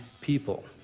people